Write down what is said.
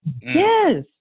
Yes